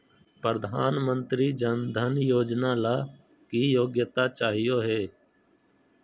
प्रधानमंत्री जन धन योजना ला की योग्यता चाहियो हे?